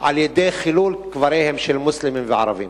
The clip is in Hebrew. על-ידי חילול קבריהם של מוסלמים וערבים.